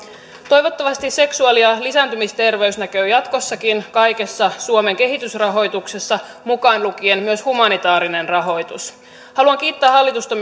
toivottavasti seksuaali ja lisääntymisterveys näkyy jatkossakin kaikessa suomen kehitysrahoituksessa mukaan lukien myös humanitaarinen rahoitus haluan kiittää hallitusta